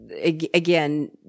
Again